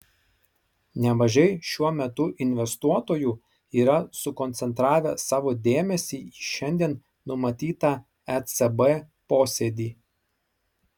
nemažai šiuo metu investuotojų yra sukoncentravę savo dėmesį į šiandien numatytą ecb posėdį